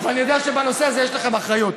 אני יודע שבנושא הזה יש לכם אחריות.